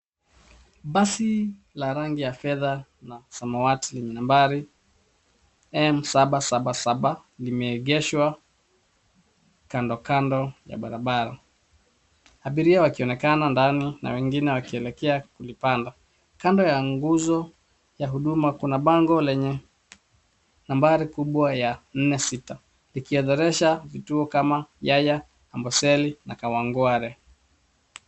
Basi la rangi ya fedha na samawati yenye nambari M77 limeegeshwa kandokando ya barabara. Abiria wakionekana ndani na wengine wakielekea kulipanda. Kando ya nguzo ya huduma kuna bango lenye nambari kubwa ya nne sita likioredhesha kituo kama Yaya, Amboseli na Kawangware.